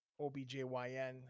OBJYN